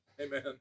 Amen